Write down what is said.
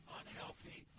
unhealthy